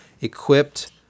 equipped